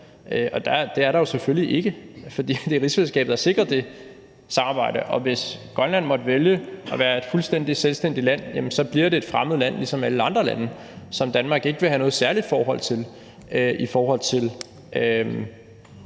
det er der jo selvfølgelig ikke, fordi det er rigsfællesskabet, der sikrer det samarbejde, og hvis Grønland måtte vælge at være et fuldstændig selvstændigt land, bliver det et fremmed land ligesom alle andre lande, som Danmark ikke vil have noget særligt forhold til. For så